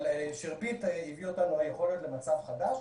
שירביט הביא אותנו ליכולת למצב חדש